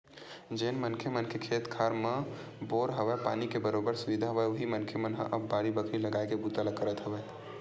जेन मनखे मन के खेत खार मन म बोर हवय, पानी के बरोबर सुबिधा हवय उही मनखे मन ह अब बाड़ी बखरी लगाए के बूता ल करत हवय